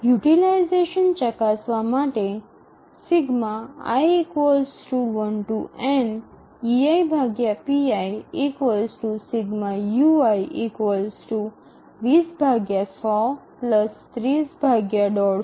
utilisation ચકાસવા માટે ∑ui અને ∑ui 0